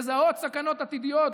לזהות סכנות עתידיות,